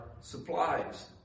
supplies